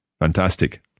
Fantastic